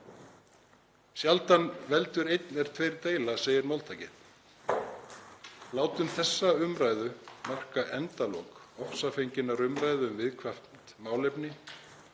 Sjaldan veldur einn er tveir deila, segir máltækið. Látum þessa umræðu marka endalok ofsafenginnar umræðu um viðkvæmt málefni